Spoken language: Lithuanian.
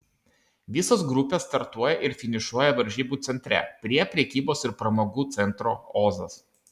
visos grupės startuoja ir finišuoja varžybų centre prie prekybos ir pramogų centro ozas